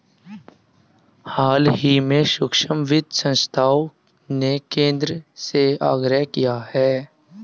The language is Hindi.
हाल ही में सूक्ष्म वित्त संस्थाओं ने केंद्र से आग्रह किया है